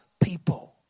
people